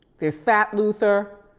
there's fat luther,